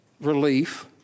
relief